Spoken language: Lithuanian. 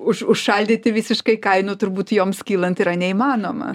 už užšaldyti visiškai kainų turbūt joms kylant yra neįmanoma